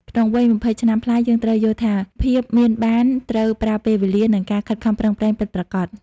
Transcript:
ក្នុងវ័យ ២០ ឆ្នាំប្លាយ យើងត្រូវយល់ថា "ភាពមានបានត្រូវប្រើពេលវេលា" និងការខិតខំប្រឹងប្រែងពិតប្រាកដ។